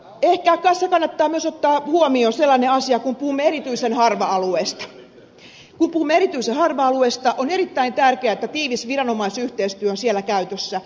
ehkä tässä kannattaa myös ottaa huomioon sellainen asia että kun puhumme erityisen harvaanasutuista alueista on erittäin tärkeää että tiivis viranomaisyhteistyö on siellä käytössä